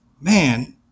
man